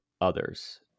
others